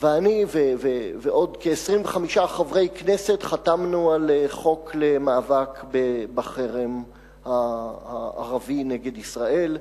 ואני ועוד כ-25 חברי כנסת חתמנו על חוק למאבק בחרם הערבי נגד ישראל,